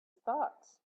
thoughts